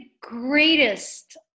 greatest